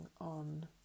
on